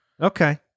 Okay